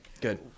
Good